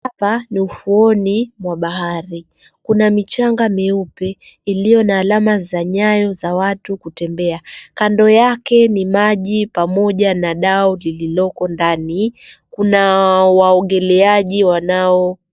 Hapa ni ufuoni mwa bahari kuna michanga mieupe iliyo na alama za nyayo za watu kutembea. Kando yake ni maji pamoja na dau lililoko ndani kuna waogeleaji wanao...